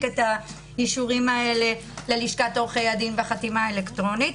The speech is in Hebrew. את האישורים האלה ללשכת עורכי הדין והחתימה האלקטרונית,